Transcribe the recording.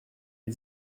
des